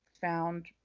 found